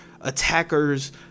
attackers